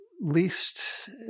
least